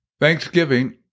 Thanksgiving